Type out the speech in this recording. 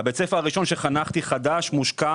בית הספר הראשון שחנכתי והיה חדש ומושקע